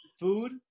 food